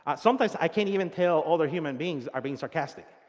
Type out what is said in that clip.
sometimes i can't even tell other human beings are being sarcastic.